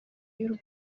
y’u